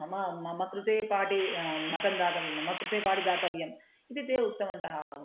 मम मम कृते पाडी मतं दातव्यं मि मम कृते पाडि दातव्यम् इति ते उक्तवन्तः